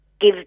give